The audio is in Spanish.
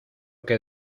que